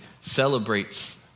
celebrates